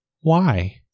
Why